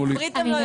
עברית הם לא יודעים.